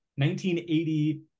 1980